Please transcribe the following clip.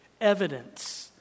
Evidence